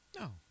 No